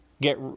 get